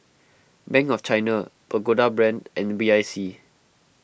Bank of China Pagoda Brand and B I C